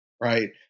right